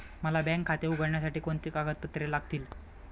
मला बँक खाते उघडण्यासाठी कोणती कागदपत्रे लागतील?